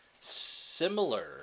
similar